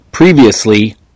Previously